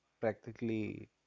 practically